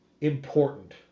important